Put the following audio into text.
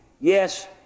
yes